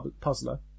puzzler